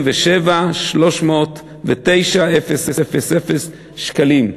שנדע, 115,187,309,000 שקלים.